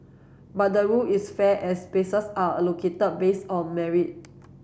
but the rule is fair as spaces are allocated based on merit